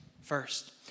first